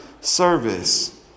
service